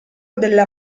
della